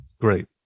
Great